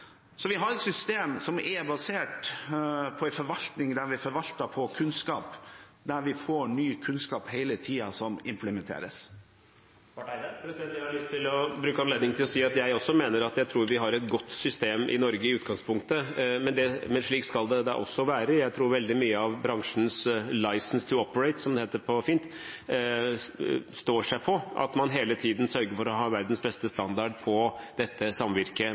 Så vi har et system der forvaltningen baserer seg på kunnskap, og der vi hele tiden får ny kunnskap som implementeres. Jeg har lyst til å bruke anledningen til å si at jeg også tror vi har et godt system i Norge i utgangspunktet, men slik skal det da også være. Jeg tror veldig mye av bransjens «licence to operate», som det heter på fint, står seg på at man hele tiden sørger for å ha verdens beste standard på dette samvirket